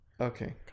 Okay